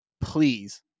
please